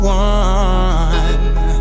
one